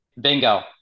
Bingo